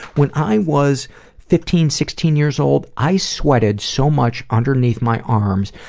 when i was fifteen sixteen years old, i sweated so much underneath my arms,